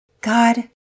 God